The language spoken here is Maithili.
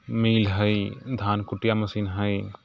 मिल हइ धान कुटिआ मशीन हइ